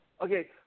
Okay